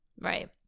Right